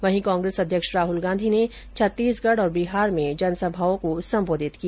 वहीं कांग्रेस अध्यक्ष राहल गांधी ने छत्तीसगढ़ और बिहार में कई जनसभाओं को सम्बोधित किया